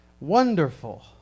wonderful